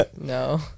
no